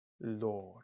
Lord